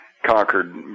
conquered